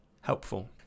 helpful